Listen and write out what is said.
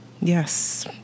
Yes